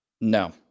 No